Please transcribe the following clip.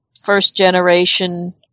first-generation